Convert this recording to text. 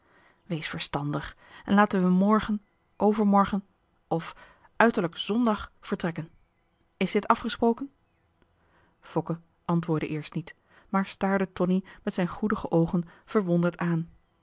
wees verstandig en laten wij morgen overmorgen of uiterlijk zondag vertrekken is dit afgesproken fokke antwoordde eerst niet maar staarde tonie met zijn goedige oogen verwonderd aan